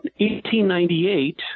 1898